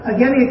Again